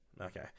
Okay